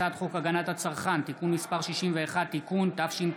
הצעת חוק הגנת הצרכן (תיקון מס' 61) (תיקון),